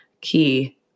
key